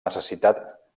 necessitat